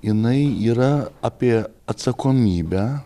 jinai yra apie atsakomybę